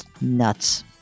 Nuts